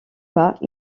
pas